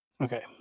Okay